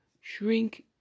shrink